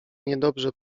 niedobrze